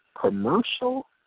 commercial